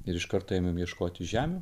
ir iš karto ėmėm ieškoti žemių